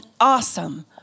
awesome